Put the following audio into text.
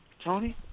Tony